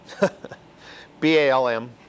B-A-L-M